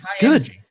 Good